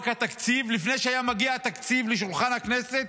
התקציב לפני שהיה מגיע התקציב לשולחן הכנסת